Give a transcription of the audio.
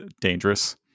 dangerous